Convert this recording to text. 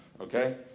okay